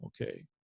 okay